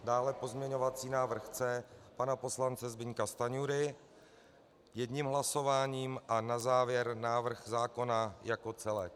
Dále pozměňovací návrh C pana poslance Zbyňka Stanjury jedním hlasováním a na závěr návrh zákona jako celek.